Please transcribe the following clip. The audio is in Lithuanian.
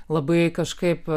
labai kažkaip